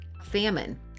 famine